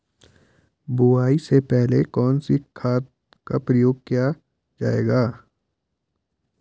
बुआई से पहले कौन से खाद का प्रयोग किया जायेगा?